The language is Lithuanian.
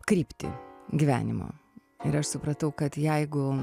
kryptį gyvenimo ir aš supratau kad jeigu